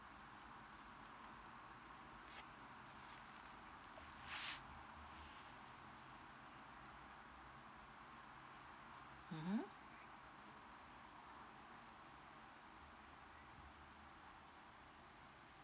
mmhmm